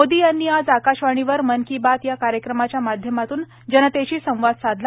मोदी यांनी आज आकाशवाणीवर मन की बात या कार्यक्रमाच्या माध्यमातून जनतेशी संवाद साधला